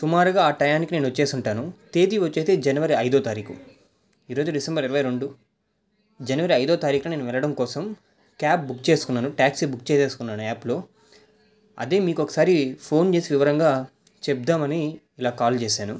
సుమారుగా ఆ టయానికి నేను వచ్చేసి ఉంటాను తేదీ వచ్చి జనవరి ఐదవ తారీఖు ఈరోజు డిసెంబర్ ఇరవై రెండు జనవరి ఐదవ తారీఖు నేను వెళ్ళడం కోసం క్యాబ్ బుక్ చేసుకున్నాను టాక్సీ బుక్ చేసుకున్నాను యాప్లో అదే మీకు ఒకసారి ఫోన్ చేసి వివరంగా చెపుదామని ఇలా కాల్ చేశాను